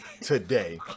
today